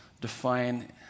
define